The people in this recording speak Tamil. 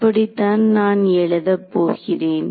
இப்படித்தான் நான் எழுதப் போகிறேன்